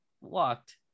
walked